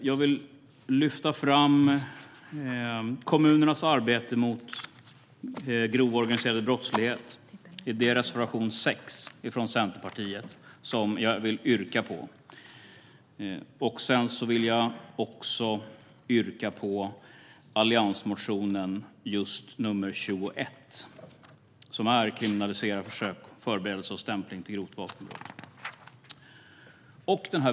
Jag vill lyfta fram kommunernas arbete mot grov organiserad brottslighet. Det är reservation 6 från Centerpartiet, som jag vill yrka bifall till. Jag vill också yrka bifall till alliansreservationen nr 21 om att kriminalisera försök, förberedelse och stämpling till grovt vapenbrott.